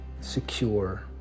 secure